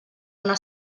una